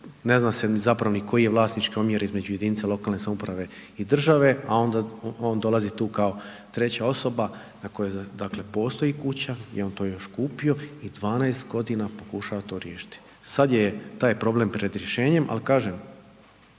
Ne zna se zapravo ni koji je vlasnički omjer između jedinica lokalne samouprave i države a onda on dolazi tu kao treća osoba na kojoj dakle postoji kuća, nije on to još kupio i 12 godina pokušava to riješiti. Sada je taj problem pred rješenjem, ali kažem,